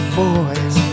boys